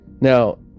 Now